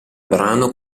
brano